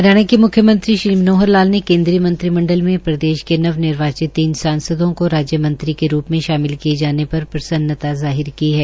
हरियाणा के म्ख्यमंत्री श्री मनोहर लाल ने केन्द्रीय मंत्रीमंडल में प्रदेश के नवनिर्वाचित तीन सांसदों को राज्य मंत्री के रूप में शामिल किए जाने पर प्रसन्नता जाहिर की है